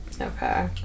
okay